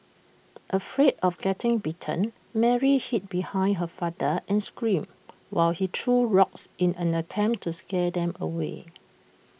afraid of getting bitten Mary hid behind her father and screamed while he threw rocks in an attempt to scare them away